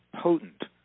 potent